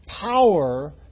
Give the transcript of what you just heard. Power